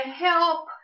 help